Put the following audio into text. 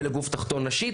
פלג גוף תחתון נשי,